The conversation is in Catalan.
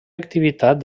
activitat